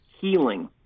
healing